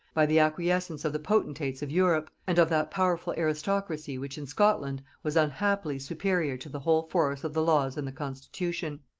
by the acquiescence of the potentates of europe, and of that powerful aristocracy which in scotland was unhappily superior to the whole force of the laws and the constitution.